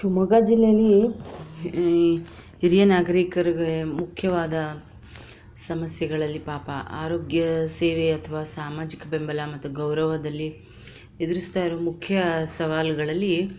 ಶಿವಮೊಗ್ಗ ಜಿಲ್ಲೆಯಲ್ಲಿ ಹಿರಿಯ ನಾಗರೀಕರಿಗೆ ಮುಖ್ಯವಾದ ಸಮಸ್ಯೆಗಳಲ್ಲಿ ಪಾಪ ಆರೋಗ್ಯ ಸೇವೆ ಅಥವಾ ಸಾಮಾಜಿಕ ಬೆಂಬಲ ಮತ್ತು ಗೌರವದಲ್ಲಿ ಎದುರಿಸ್ತಾ ಇರೋ ಮುಖ್ಯ ಸವಾಲುಗಳಲ್ಲಿ